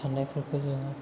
साननायफोरखौ जोङो